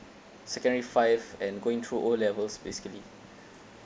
secondary five and going through o levels basically